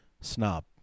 snob